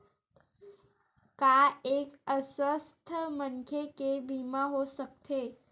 का एक अस्वस्थ मनखे के बीमा हो सकथे?